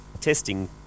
Testing